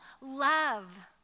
love